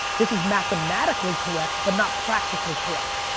this is mathematically correct but not practically correct.